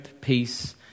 peace